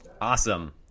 Awesome